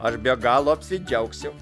aš be galo apsidžiaugsiu